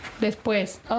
Después